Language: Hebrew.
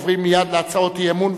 עוברים מייד להצעות אי-אמון,